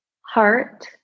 heart